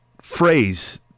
phrase